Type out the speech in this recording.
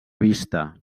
vista